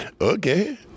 okay